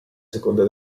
seconda